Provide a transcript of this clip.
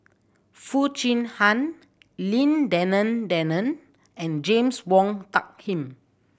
Foo Chee Han Lim Denan Denon and James Wong Tuck Him